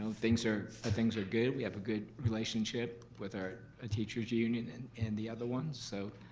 things are things are good, we have a good relationship with our ah teacher's union and and the other one. so